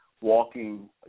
walking